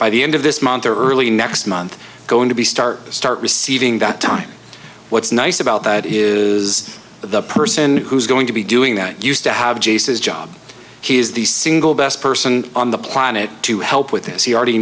by the end of this month or early next month going to be start start receiving the time what's nice about that is that the person who's going to be doing that used to have jason's job he is the single best person on the planet to help with this he already